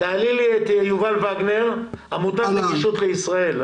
את יובל וגנר מעמותת נגישות לישראל.